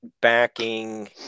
backing